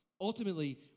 Ultimately